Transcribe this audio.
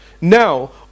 now